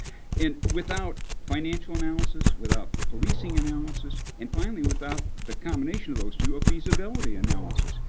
and without financial analysis, without policing analysis, and finally, without the combination of those two, a feasibility analysis.